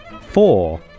four